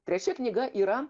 trečia knyga yra